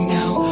now